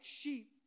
sheep